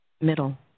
Middle